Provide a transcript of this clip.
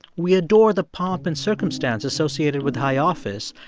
we adore the pomp and circumstance associated with high office,